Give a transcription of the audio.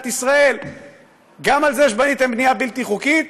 ישראל גם על זה שבניתם בנייה בלתי חוקית